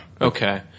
Okay